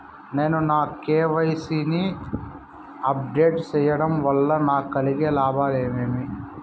నేను నా కె.వై.సి ని అప్ డేట్ సేయడం వల్ల నాకు కలిగే లాభాలు ఏమేమీ?